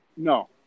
No